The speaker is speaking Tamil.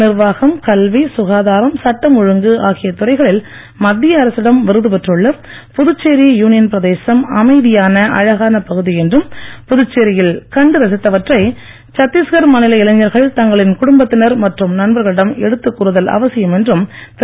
நிர்வாகம் கல்வி சுகாதாரம் சட்டம் ஒழுங்கு ஆகிய துறைகளில் மத்திய அரசிடம் விருது பெற்றுள்ள புதுச்சேரி யூனியன் பிரதேசம் அமைதியான அழகான பகுதி என்றும் புதுச்சேரியில் கண்டு ரசித்தவற்றை சத்தீஸ்கர் மாநில இளைஞர்கள் தங்களின் குடும்பத்தினர் மற்றும் நண்பர்களிடம் எடுத்துக் கூறுதல் அவசியம் என்றும் திரு